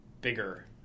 bigger